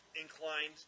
inclined